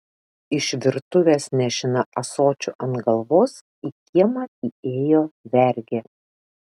iš virtuvės nešina ąsočiu ant galvos į kiemą įėjo vergė